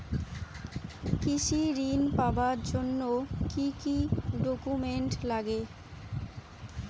কৃষি ঋণ পাবার জন্যে কি কি ডকুমেন্ট নাগে?